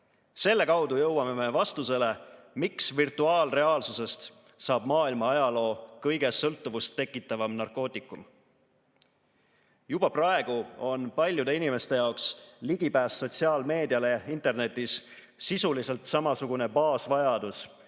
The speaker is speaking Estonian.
kaudu jõuame me vastuseni, miks virtuaalreaalsusest saab maailma ajaloo kõige enam sõltuvust tekitav narkootikum. Juba praegu on paljude inimeste jaoks ligipääs sotsiaalmeediale internetis sisuliselt samasugune baasvajadus